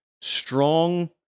strong